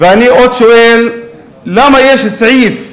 ואני שואל עוד: למה יש סעיף